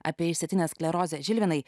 apie išsėtinę sklerozę žilvinai